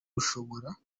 rushobora